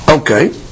Okay